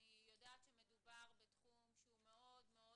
אני יודעת שמדובר בתחום שהוא מאוד מאוד